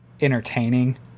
entertaining